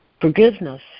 Forgiveness